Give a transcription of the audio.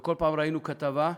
וכל פעם ראינו כתבה,